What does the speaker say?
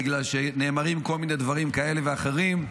בגלל שנאמרים כל מיני דברים כאלה ואחרים,